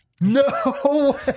No